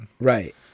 right